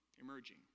emerging